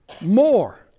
more